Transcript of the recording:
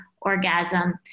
orgasm